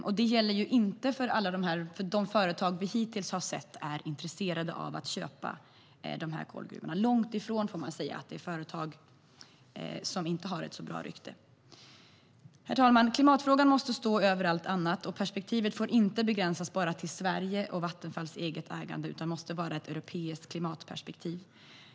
Detsamma gäller inte de företag som vi hittills har sett är intresserade av att köpa kolgruvorna, långt ifrån - det är företag som inte har så bra rykte. Herr talman! Klimatfrågan måste stå över allt annat. Perspektivet får inte begränsas bara till Sverige och Vattenfalls eget ägande, utan det måste vara ett europeiskt klimatperspektiv.